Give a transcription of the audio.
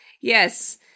Yes